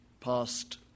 past